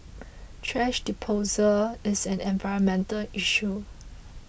thrash disposal is an environmental issue